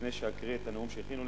לפני שאקריא את הנאום שהכינו לי,